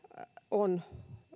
on